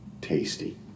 tasty